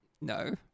No